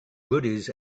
goodies